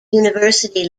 university